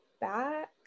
back